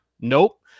nope